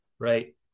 right